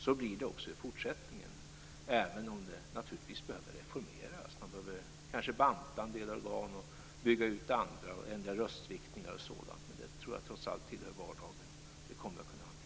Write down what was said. Så blir det också i fortsättningen, även om det naturligtvis behöver reformeras, man behöver kanske banta en del organ, bygga ut andra, ändra röstviktningar och sådant, men det tillhör trots allt vardagen. Det kommer vi att kunna hantera.